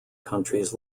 countries